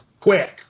quick